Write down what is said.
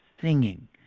singing